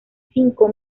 cinco